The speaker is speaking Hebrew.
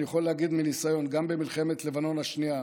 אני יכול להגיד מניסיון, גם במלחמת לבנון השנייה